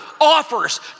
offers